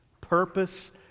purpose